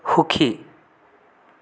সুখী